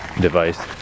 device